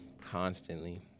constantly